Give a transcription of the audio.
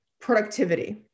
productivity